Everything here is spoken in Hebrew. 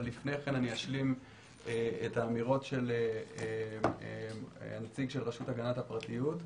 אבל לפני כן אשלים את האמירות של הנציג של הרשות להגנת הפרטיות.